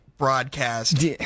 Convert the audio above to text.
Broadcast